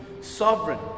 sovereign